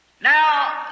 Now